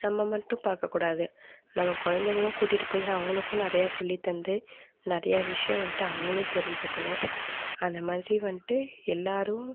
நம்ம மட்டும் பார்க்கக்கூடாது நம்ம குழந்தைங்களும் கூட்டிகிட்டு போய் அவங்களுக்கும் நிறையா சொல்லி தந்து நிறையா விஷயோம் வண்ட்டு அவங்களும் தெரிஞ்சுக்கிணும் அந்த மாதிரி வண்ட்டு எல்லாரும்